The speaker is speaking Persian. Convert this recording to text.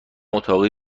اتاقی